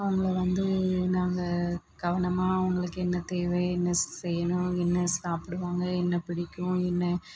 அவங்களை வந்து நாங்கள் கவனமாக அவங்களுக்கு என்ன தேவை என்ன செய்யணும் என்ன சாப்பிடுவாங்க என்ன பிடிக்கும் என்ன